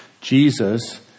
Jesus